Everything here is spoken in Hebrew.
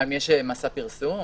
אם יש מסע פרסום.